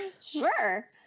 Sure